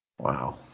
Wow